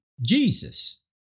Jesus